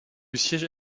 siège